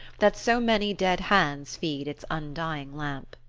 that so many dead hands feed its undying lamp.